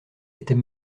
était